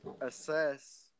assess –